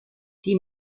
die